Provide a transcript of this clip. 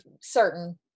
certain